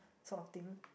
sort of thing